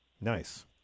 Nice